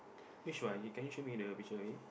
which one can you show me the picture a bit